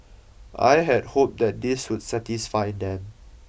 I had hoped that this would satisfy them